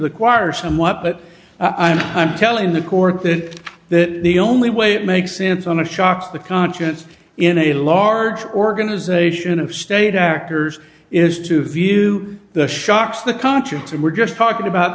the choir somewhat but i'm telling the court that that the only way it makes sense on the shocks the conscience in a large organization of state actors is to view the shocks the conscience and we're just talking about